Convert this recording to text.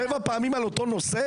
אבל שבע פעמים על אותו נושא?